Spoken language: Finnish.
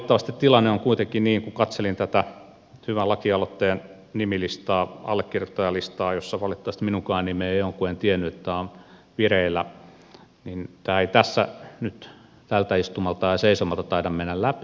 valitettavasti tilanne on kuitenkin niin kun katselin tätä hyvän laki aloitteen nimilistaa allekirjoittajalistaa jossa valitettavasti minunkaan nimeäni ole kun en tiennyt että tämä on vireillä että tämä ei tässä nyt tältä istumalta ja seisomalta taida mennä läpi